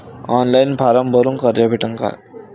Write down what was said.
Online form भरून कर्ज भेटन का?